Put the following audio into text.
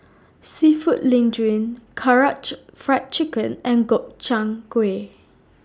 Seafood Linguine Karaage Fried Chicken and Gobchang Gui